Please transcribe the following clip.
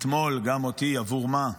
אתמול גם אותי: עבור מה?